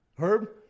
Herb